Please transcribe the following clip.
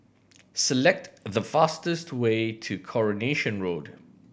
select the fastest way to Coronation Road